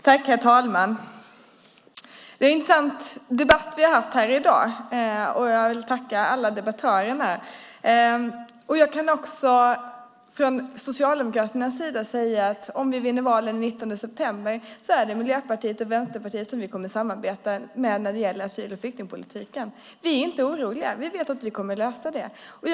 Herr talman! Det är en intressant debatt vi har haft här i dag. Jag vill tacka alla debattörer, och jag kan också från Socialdemokraternas sida säga att om vi vinner valet den 19 september är det Miljöpartiet och Vänsterpartiet som vi kommer att samarbeta med när det gäller asyl och flyktingpolitiken. Vi är inte oroliga. Vi vet att vi kommer att lösa detta.